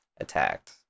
attacked